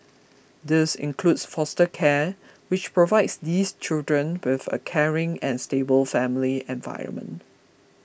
this includes foster care which provides these children with a caring and stable family environment